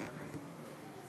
השרה